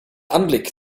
anblick